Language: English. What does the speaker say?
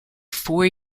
four